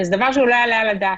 וזה דבר שהוא לא יעלה על הדעת,